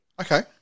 Okay